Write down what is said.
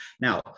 Now